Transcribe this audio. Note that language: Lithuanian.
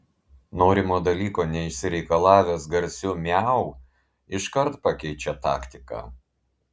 norimo dalyko neišsireikalavęs garsiu miau iškart pakeičia taktiką